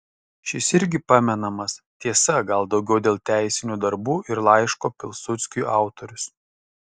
šis irgi pamenamas tiesa gal daugiau dėl teisinių darbų ir laiško pilsudskiui autorius